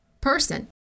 person